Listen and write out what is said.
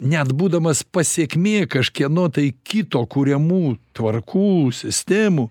net būdamas pasekmė kažkieno tai kito kuriamų tvarkų sistemų